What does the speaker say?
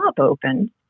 open